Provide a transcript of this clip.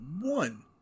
one